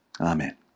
Amen